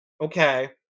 okay